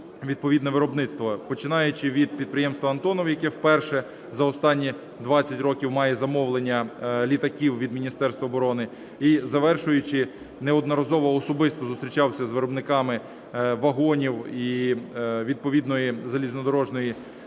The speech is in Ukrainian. відповідне виробництво, починаючи від підприємства "Антонов", яке вперше за останні 20 років має замовлення літаків від Міністерства оборони, і завершуючи, неодноразово особисто зустрічався з виробниками вагонів і відповідної залізнодорожної техніки